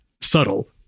subtle